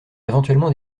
éventuellement